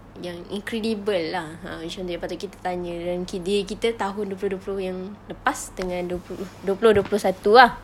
yang incredible lah ah yi~ shun~ daripada kita tanya ranking diri kita tahun dua puluh yang lepas dengan dua puluh dua puluh dua puluh satu ah